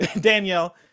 Danielle